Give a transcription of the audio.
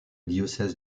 diocèse